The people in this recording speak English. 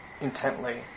intently